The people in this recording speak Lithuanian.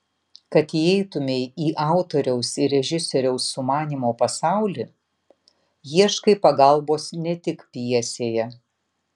kad įeitumei į autoriaus ir režisieriaus sumanymo pasaulį ieškai pagalbos ne tik pjesėje